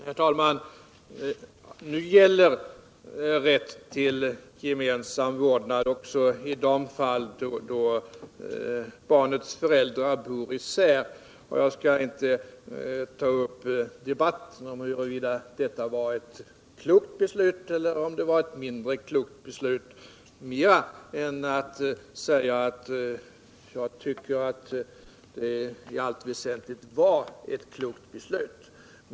Herr talman! Nu gäller rätt till gemensam vårdnad också i de fall då barnets föräldrar bor isär. Jag skall inte ta upp debatt om huruvida detta var ett klokt beslut eller ett mindre klokt beslut — mer än genom att säga att jag tycker att det i allt väsentligt var ett klokt beslut.